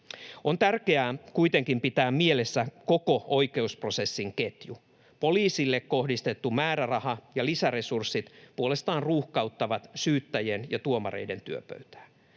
On tärkeää kuitenkin pitää mielessä koko oikeusprosessin ketju: poliisille kohdistettu määräraha ja lisäresurssit puolestaan ruuhkauttavat syyttäjien ja tuomareiden työpöytää.